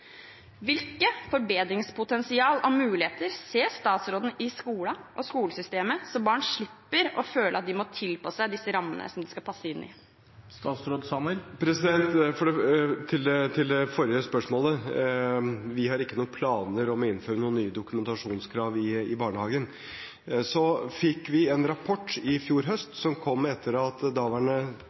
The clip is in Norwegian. forbedringspotensial og muligheter ser statsråden i skolen og skolesystemet, slik at barn slipper å føle at de må tilpasse seg disse rammene som de skal passe inn i? Til det forrige spørsmålet: Vi har ingen planer om å innføre noen nye dokumentasjonskrav i barnehagen. Så fikk vi en rapport i fjor høst, som kom etter at daværende